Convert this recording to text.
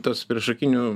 tas priešakinių